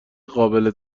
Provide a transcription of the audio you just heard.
قابل